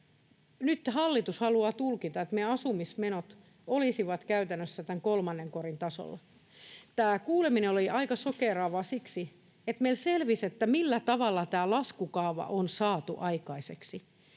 nyt hallitus haluaa tulkita — meidän asumismenot olisivat käytännössä tämän kolmannen korin tasolla. Tämä kuuleminen oli aika shokeeraava siksi, että meille selvisi, millä tavalla tämä laskukaava on saatu aikaiseksi.